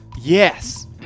Yes